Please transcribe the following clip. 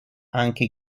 anche